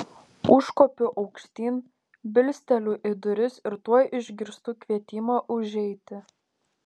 užkopiu aukštyn bilsteliu į duris ir tuoj išgirstu kvietimą užeiti